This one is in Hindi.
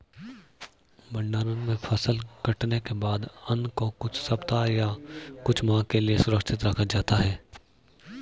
भण्डारण में फसल कटने के बाद अन्न को कुछ सप्ताह या कुछ माह के लिये सुरक्षित रखा जाता है